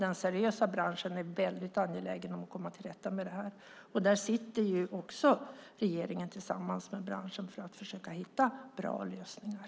Den seriösa branschen är väldigt angelägen om att komma till rätta med problemet. Även där försöker regeringen att tillsammans med branschen hitta bra lösningar.